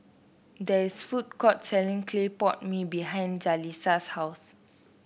there is food courts selling Clay Pot Mee behind Jalisa's house